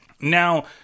Now